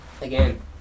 again